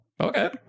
Okay